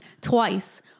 twice